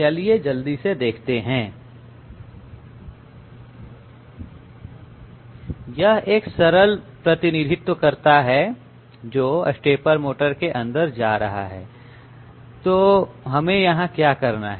चलिए जल्दी से देखते हैं यह एक सरल प्रतिनिधित्व है जो स्टेपर मोटर के अंदर जा रहा है तो हमें यहां क्या करना है